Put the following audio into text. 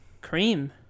Cream